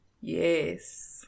yes